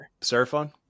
Seraphon